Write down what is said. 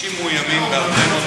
הם מרגישים מאוימים בהרבה מאוד,